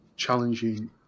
challenging